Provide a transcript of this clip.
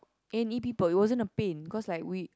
N E people it wasn't a pain cause like we